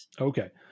okay